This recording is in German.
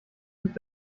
lied